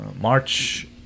March